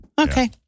okay